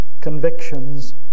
convictions